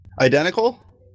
Identical